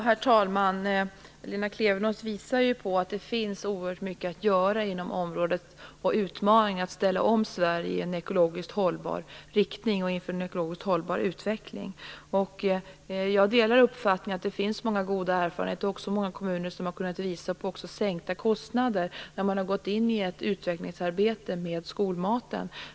Herr talman! Lena Klevenås visar på att det finns oerhört mycket att göra på området inför utmaningen att ställa om Sverige till en ekologiskt hållbar riktning och utveckling. Jag delar uppfattningen att det finns många goda erfarenheter. Det är också många kommuner som har kunnat visa på sänkta kostnader när de har gått in i ett utvecklingsarbete med skolmaten.